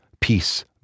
Peace